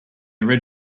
red